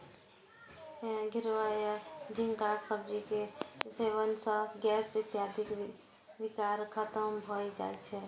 घिवरा या झींगाक सब्जी के सेवन सं गैस इत्यादिक विकार खत्म भए जाए छै